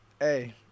hey